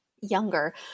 younger